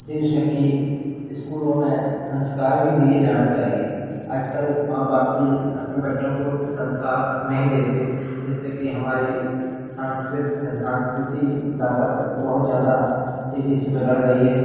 उद्देश्य है कि स्कूलों में संस्कार भी दिए जाना चाहिए आज कल माँ बाप भी अपने बच्चों को उतने संसकार नहीं देती जिससे कि हमारी सासंस्कृती विरासत बहुत ज़्यादा तेज़ी से बिगड़ रही है